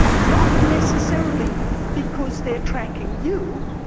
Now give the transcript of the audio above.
not necessarily because they are tracking you,